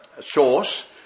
source